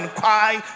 cry